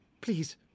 Please